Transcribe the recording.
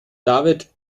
david